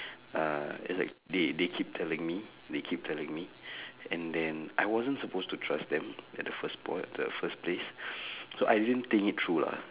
uh it's like they they keep telling me they keep telling me and then I wasn't supposed to trust them at the first poin~ at the first place so I didn't think it through lah